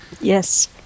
Yes